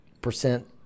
percent